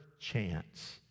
chance